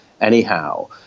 anyhow